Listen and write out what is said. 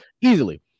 Easily